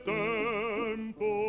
tempo